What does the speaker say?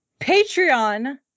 Patreon